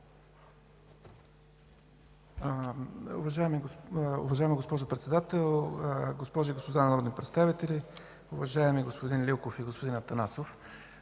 Уважаема госпожо Председател, госпожи и господа народни представители! Уважаеми господин Лилков и господин Атанасов,